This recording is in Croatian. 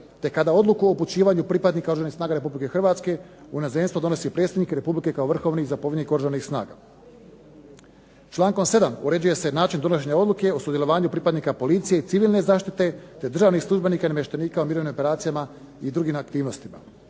te kada odluku o upućivanju pripadnika Oružanih snaga Republike Hrvatske u inozemstvo donosi predsjednik Republike kao vrhovni zapovjednik Oružanih snaga. Člankom 7. uređuje se način donošenja odluke o sudjelovanju pripadnika Policije i civilne zaštite te državnih službenika i namještenika u mirovnim operacijama i drugim aktivnostima.